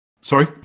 sorry